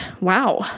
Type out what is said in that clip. wow